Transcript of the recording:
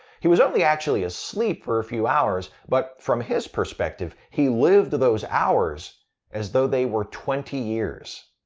he was only actually asleep for a few hours, but from his perspective he lived those hours as though they were twenty years.